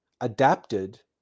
adapted